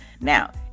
Now